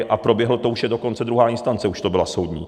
A proběhlo to, už je dokonce druhá instance, už to byla, soudní.